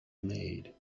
made